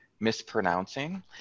mispronouncing